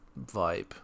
vibe